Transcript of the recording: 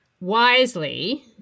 wisely